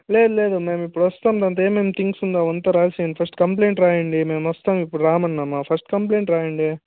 లేదు లేదు మేమిప్పుడు వస్తాము దాంట్లో ఏమేమి థింగ్స్ ఉందో రాసీయండి ఫస్టు కంప్లయింట్ రాయండి మేమోస్తాము ఇప్పుడు రామన్నామా ఫస్ట్ కంప్లయింట్ రాయండి